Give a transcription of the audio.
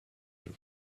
her